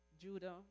Judah